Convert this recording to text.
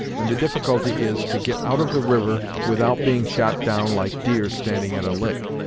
and the difficulty is, to get out of the river without being shot down like deer standing at a lick!